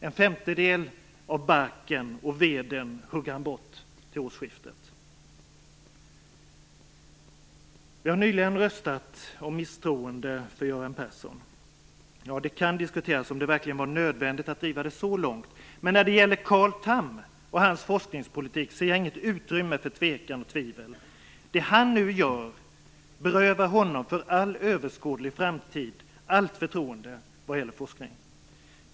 En femtedel av barken och veden hugger han bort vid årsskiftet. Vi har nyligen röstat om misstroendeförklaring mot Göran Persson. Det kan diskuteras om det verkligen var nödvändigt att driva det hela så långt. Men när det gäller Carl Tham och hans forskningspolitik ser jag inget utrymme för tvekan och tvivel. Det som han nu gör berövar honom för all överskådlig framtid allt förtroende vad gäller forskning.